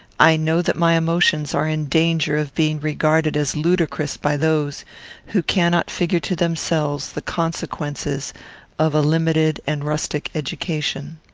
i know that my emotions are in danger of being regarded as ludicrous by those who cannot figure to themselves the consequences of a limited and rustic education.